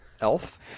elf